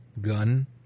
gun